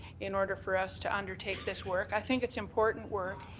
in order for us to undertake this work. i think it's important work,